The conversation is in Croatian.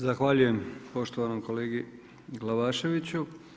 Zahvaljujem poštovanom kolegi Glavaševiću.